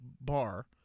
bar